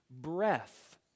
breath